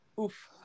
Oof